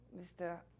Mr